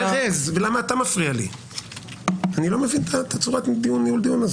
אני לא מבין את צורת ניהול הדיון.